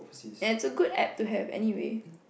and it's a good App to have anyway